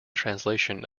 translation